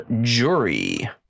Jury